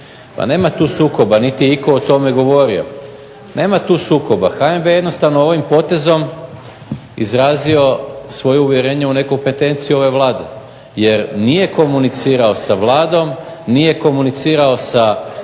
Pa nema tu sukoba niti je itko o tome govorio. Nema tu sukoba, HNB je jednostavno ovim potezom izrazio svoje uvjerenje u nekompetenciju ove Vlade jer nije komunicirao sa Vladom, nije komunicirao sa